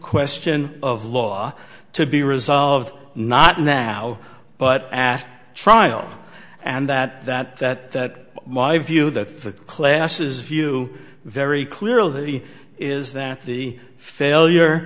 question of law to be resolved not now but at trial and that that that my view that the classes view very clearly is that the failure